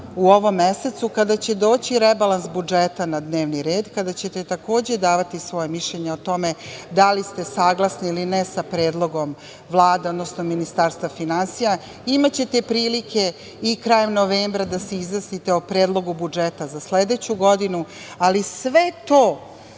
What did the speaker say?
u ovom mesecu, kada će doći rebalans budžeta na dnevni red, kada ćete takođe davati svoje mišljenje o tome da li ste saglasni ili ne sa predlogom Vlade, odnosno Ministarstva finansija. Imaćete prilike i krajem novembra da se izjasnite o predlogu budžeta za sledeću godinu, ali sve to